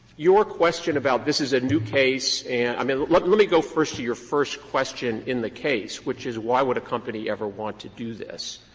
your question about this is a new case and i mean let let me go first to your first question in the case, which is why would a company ever want to do this?